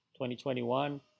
2021